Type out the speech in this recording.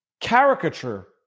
caricature